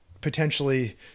potentially